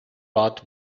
lot